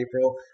April